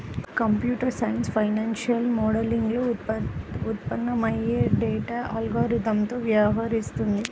computer science financial మోడలింగ్లో ఉత్పన్నమయ్యే data అల్గారిథమ్లతో వ్యవహరిస్తుంది